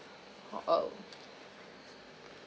oh !wow!